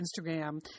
instagram